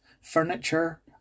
furniture